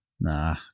Nah